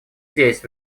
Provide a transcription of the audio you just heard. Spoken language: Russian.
здесь